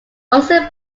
also